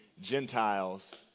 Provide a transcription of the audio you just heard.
Gentiles